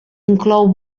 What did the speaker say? inclou